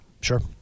sure